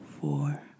four